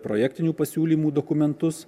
projektinių pasiūlymų dokumentus